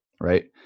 right